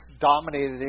dominated